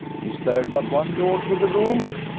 is there but one door to the room?